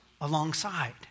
alongside